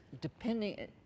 depending